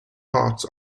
parts